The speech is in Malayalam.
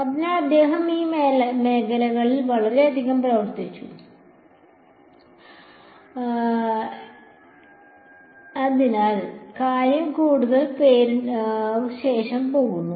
അതിനാൽ അദ്ദേഹം ഈ മേഖലയിൽ വളരെയധികം പ്രവർത്തിച്ചു അതിനാൽ കാര്യങ്ങൾ അദ്ദേഹത്തിന്റെ പേരിനുശേഷം പോകുന്നു